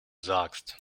sagst